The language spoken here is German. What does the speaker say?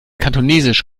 kantonesisch